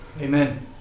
Amen